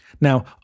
Now